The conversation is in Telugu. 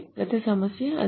గత సమస్య అదే